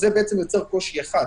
זה יוצר קושי אחד.